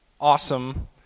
awesome